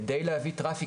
כדי להביא טראפיק,